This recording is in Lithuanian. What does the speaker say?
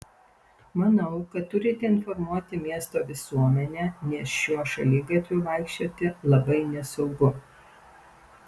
manau kad turite informuoti miesto visuomenę nes šiuo šaligatviu vaikščioti labai nesaugu